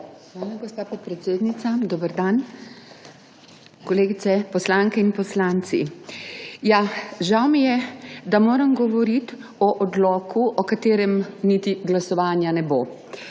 Hvala, gospa podpredsednica. Dober dan, kolegice poslanke in poslanci! Žal mi je, da moram govoriti o odloku, o katerem niti glasovanja ne bo.